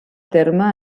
terme